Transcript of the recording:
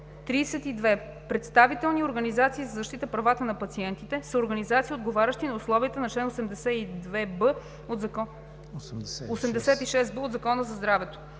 32. „Представителни организации за защита правата на пациентите“ са организации, отговарящи на условията на чл. 86б от Закона за здравето.